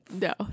No